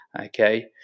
okay